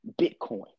Bitcoin